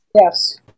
Yes